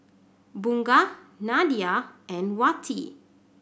Bunga Nadia and Wati